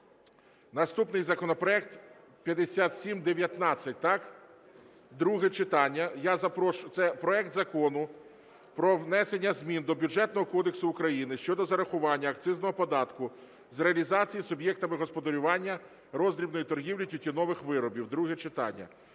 наступний законопроект 5719, так? Друге читання. Це проект Закону про внесення змін до Бюджетного кодексу України щодо зарахування акцизного податку з реалізації суб’єктами господарювання роздрібної торгівлі тютюнових виробів (друге читання).